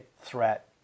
threat